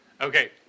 Okay